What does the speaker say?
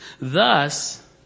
Thus